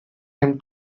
him